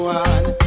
one